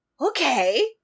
okay